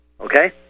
Okay